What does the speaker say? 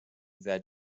that